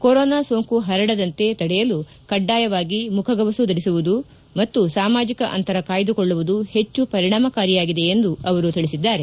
corona ಸೋಂಕು ಹರಡದಂತೆ ತಡೆಯಲು ಕಡ್ಡಾಯವಾಗಿ ಮುಖಗವಸು ಧರಿಸುವುದು ಮತ್ತು ಸಾಮಾಜಿಕ ಅಂತರ ಕಾಯ್ದುಕೊಳ್ಳುವುದು ಹೆಚ್ಚು ಪರಿಣಾಮಕಾರಿಯಾಗಿದೆ ಎಂದು ಅವರು ತಿಳಿಸಿದ್ದಾರೆ